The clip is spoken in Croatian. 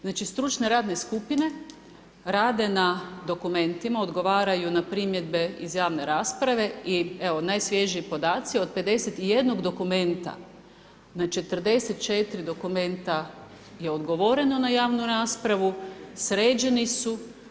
Znači stručne radne skupine rade na dokumentima, odgovaraju na primjedbe iz javne rasprave i evo najsvježiji podaci od 51 dokumenta na 44 dokumenta je odgovoreno na javnu raspravu, sređeni su.